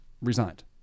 resigned